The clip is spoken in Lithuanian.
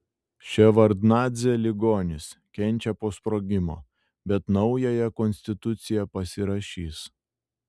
ševardnadzė ligonis kenčia po sprogimo bet naująją konstituciją pasirašys